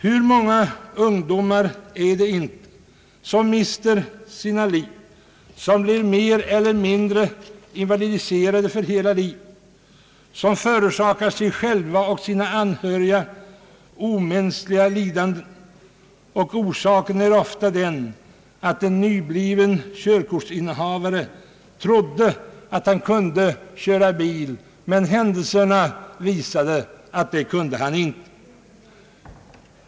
Hur många ungdomar mister inte sina liv, blir mer eller mindre invalidiserade för hela livet, förorsakar sig själva och sina anhöriga omänskliga lidanden? Orsaken är ofta den att en nybliven körkortsinnehavare trodde att han kunde köra bil, men händelserna visade att det kunde han inte.